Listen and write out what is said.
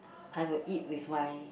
I will eat with my